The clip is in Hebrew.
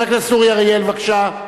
חבר הכנסת אורי אריאל, בבקשה.